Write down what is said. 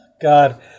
god